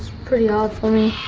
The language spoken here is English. pretty hard for me,